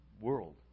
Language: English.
world